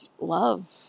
love